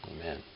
Amen